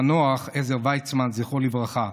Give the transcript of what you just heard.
המנוח עזר ויצמן זכרו לברכה,